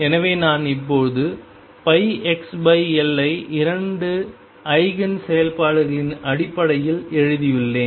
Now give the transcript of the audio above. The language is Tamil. எனவே நான் இப்போது πxL ஐ இரண்டு ஐகேன் செயல்பாடுகளின் அடிப்படையில் எழுதியுள்ளேன்